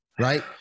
right